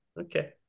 Okay